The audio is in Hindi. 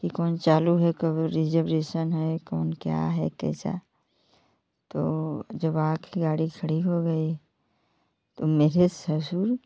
कि कौन चालू है कब रिजवरेशन है कौन क्या है कैसा तो जब आ कर गाड़ी खड़ी हो गई तो मेरे ससुर